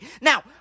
Now